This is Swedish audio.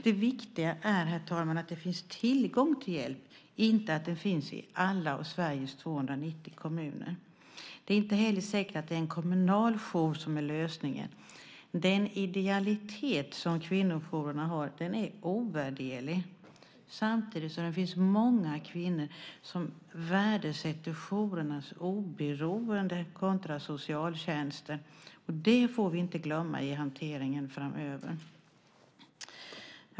Det viktiga är, herr talman, att det finns tillgång till hjälp, inte att den finns i alla Sveriges 290 kommuner. Det är inte heller säkert att det är en kommunal jour som är lösningen. Den idealitet som kvinnojourerna har är ovärderlig, samtidigt som det finns många kvinnor som värdesätter jourernas oberoende kontra socialtjänsten. Det får vi inte glömma i hanteringen framöver.